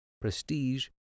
prestige